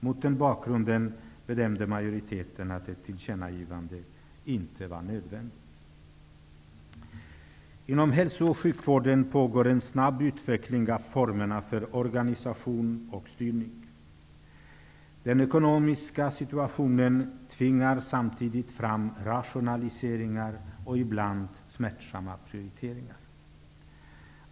Mot den bakgrunden bedömde majoriteten att ett tillkännagivande inte var nödvändigt. Inom hälso och sjukvården pågår en snabb utveckling av formerna för organisation och styrning. Den ekonomiska situationen tvingar samtidigt fram rationaliseringar och ibland smärtsamma prioriteringar.